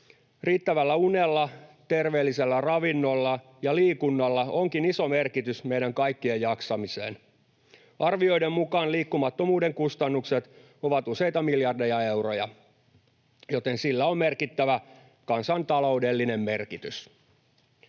riittävällä unella, terveellisellä ravinnolla ja liikunnalla onkin iso merkitys meidän kaikkien jaksamisessa. Arvioiden mukaan liikkumattomuuden kustannukset ovat useita miljardeja euroja, joten sillä on merkittävä kansantaloudellinen merkitys.